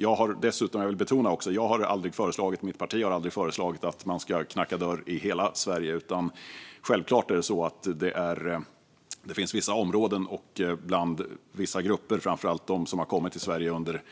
Jag vill betona att jag och mitt parti aldrig har föreslagit att man ska knacka dörr i hela Sverige. Självklart finns det vissa områden och vissa grupper, framför allt de som har kommit till Sverige under